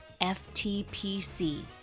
FTPC